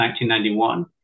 1991